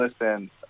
listen